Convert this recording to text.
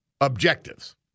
Objectives